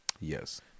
Yes